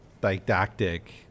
didactic